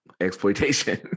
exploitation